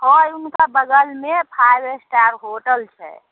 छइ हुनकर बगलमे फाइब स्टार होटल छै